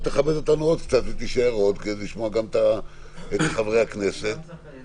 עוד חבר כנסת וראש עיר